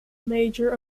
major